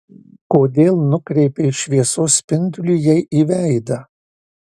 kodėl nukreipei šviesos spindulį jai į veidą